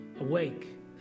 awake